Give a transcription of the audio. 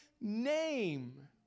name